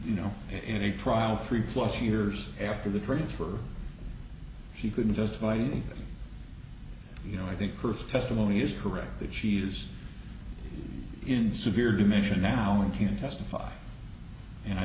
you know in a trial three plus years after the transfer she couldn't justify anything you know i think earth testimony is correct that she's in severe dementia now and can testify and i